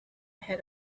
had